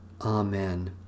Amen